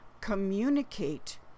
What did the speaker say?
communicate